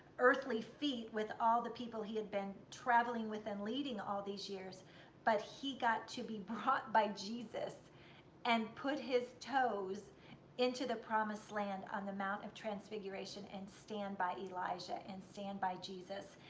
earthly feet with all the people he had been traveling with and leading all these years but he got to be brought by jesus and put his toes into the promised land on the mount of transfiguration and stand by elijah, and stand by jesus,